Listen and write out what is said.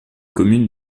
commune